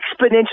exponentially